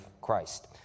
Christ